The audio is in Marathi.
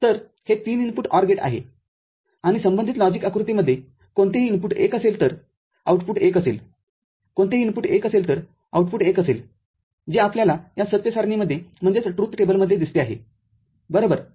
तर हे ३ इनपुट OR गेटआहे आणि संबंधित लॉजिकआकृतीमध्ये कोणतेही इनपुट १असेल तर आउटपुट १ असेल कोणतेही इनपुट १असेल तर आउटपुट १ असेल जे आपल्याला या सत्य सारणीमध्ये दिसते आहे बरोबर